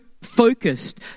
focused